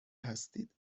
هستید